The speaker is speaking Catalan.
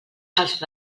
els